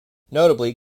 notably